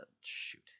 shoot